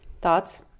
Thoughts